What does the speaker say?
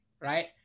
right